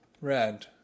red